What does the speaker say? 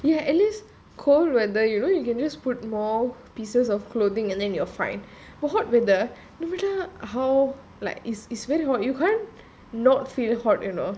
ya at least cold weather you know you can just put more pieces of clothing and then you are fine hot weather no matter how like it's it's very hot you can't not feel hot you know